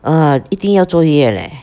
orh 一定要坐月 leh